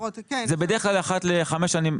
זה בדרך כלל אחת לחמש שנים.